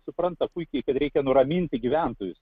supranta puikiai kad reikia nuraminti gyventojus